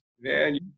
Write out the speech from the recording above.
man